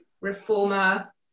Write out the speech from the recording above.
reformer